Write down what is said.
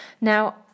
Now